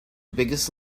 biggest